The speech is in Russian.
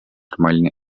нормальной